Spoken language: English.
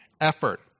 effort